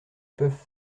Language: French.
peuvent